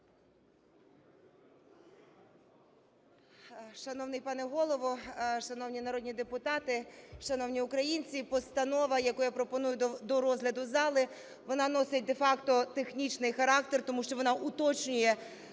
Шановний пане Голово, шановні народні депутати, шановні українці! Постанова, яку я пропоную до розгляду зали, вона носить де-факто технічний характер, тому що вона уточнює